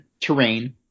terrain